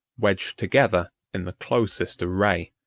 wedged together in the closest array.